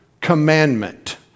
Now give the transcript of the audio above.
commandment